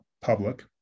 public